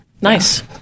Nice